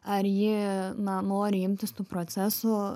ar ji na nori imtis tų procesų